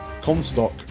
Comstock